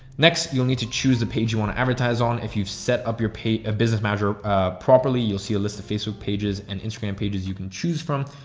next you'll need to choose a page you want to advertise on. if you've set up your pay a business measure properly, you'll see a list of facebook pages and instagram pages you can choose from.